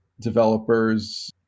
developers